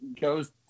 goes